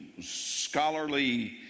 scholarly